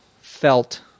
felt